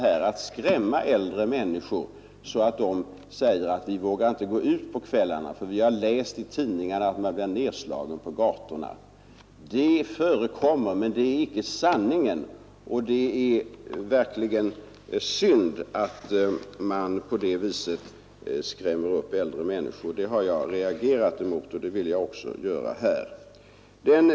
Man skrämmer äldre människor så att de säger: ”Vi vågar inte gå ut på kvällarna, för vi har läst i tidningarna att man blir nedslagen på gatorna.” Sådant förekommer, men det är inte den enda sanningen. Och det är verkligen synd att man skrämmer upp äldre människor på det sättet. Det har jag reagerat mot, och det vill jag göra också här.